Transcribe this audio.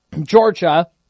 Georgia